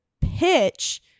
pitch